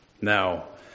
Now